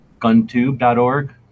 Guntube.org